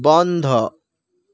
বন্ধ